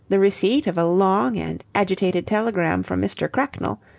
the receipt of a long and agitated telegram from mr. cracknell,